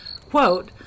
quote